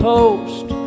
Post